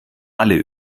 alle